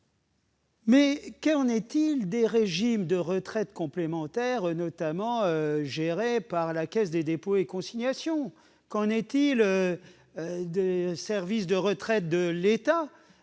qu'en est-il des régimes de retraite complémentaires, gérés notamment par la Caisse des dépôts et consignations ? Qu'en est-il des régimes de retraite de l'État,